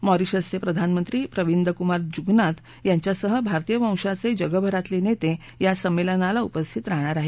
Mauritius चे प्रधानमंत्री प्रविंदकुमार जुगनाथ यांच्यासह भारतीय वंशाचे जगभरातले नेते या संमेलनाला उपस्थित राहणार आहेत